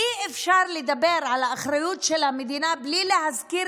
אי-אפשר לדבר על האחריות של המדינה בלי להזכיר